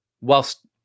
whilst